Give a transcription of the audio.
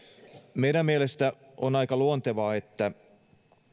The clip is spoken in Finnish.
meidän mielestämme on aika luontevaa että